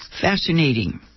fascinating